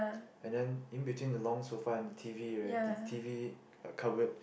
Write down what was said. and then in between the long sofa and the T_V right the T_V uh cupboard